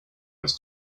was